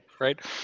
right